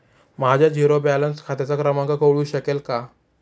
माझ्या zero balance खात्याचा क्रमांक कळू शकेल का?